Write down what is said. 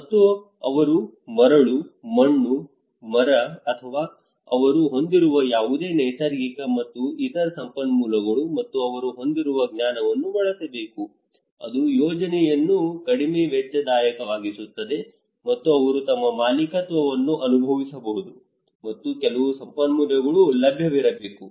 ಮತ್ತು ಅವರು ಮರಳು ಮಣ್ಣು ಮರ ಅಥವಾ ಅವರು ಹೊಂದಿರುವ ಯಾವುದೇ ನೈಸರ್ಗಿಕ ಮತ್ತು ಇತರ ಸಂಪನ್ಮೂಲಗಳು ಮತ್ತು ಅವರು ಹೊಂದಿರುವ ಜ್ಞಾನವನ್ನು ಬಳಸಬೇಕು ಅದು ಯೋಜನೆಯನ್ನು ಕಡಿಮೆ ವೆಚ್ಚದಾಯಕವಾಗಿಸುತ್ತದೆ ಮತ್ತು ಅವರು ತಮ್ಮ ಮಾಲೀಕತ್ವವನ್ನು ಅನುಭವಿಸಬಹುದು ಮತ್ತು ಕೆಲವು ಸಂಪನ್ಮೂಲಗಳು ಲಭ್ಯವಿರಬೇಕು